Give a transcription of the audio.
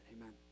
amen